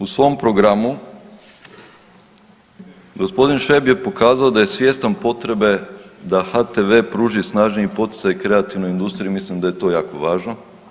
U svom programu gospodin Šveb je pokazao da je svjestan potrebe da HTV-e pruži snažniji poticaj kreativnoj industriji i mislim da je to jako važno.